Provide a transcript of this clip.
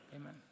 Amen